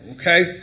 Okay